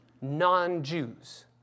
non-Jews